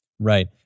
Right